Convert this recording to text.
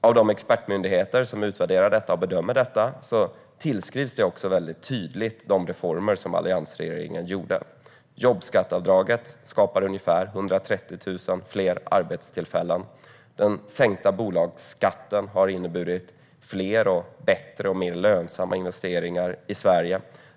Av de expertmyndigheter som utvärderar och bedömer detta tillskrivs det tydligt de reformer som alliansregeringen genomförde. Jobbskatteavdraget skapade ungefär 130 000 fler arbetstillfällen. Den sänkta bolagsskatten har inneburit fler, bättre och mer lönsamma investeringar i Sverige.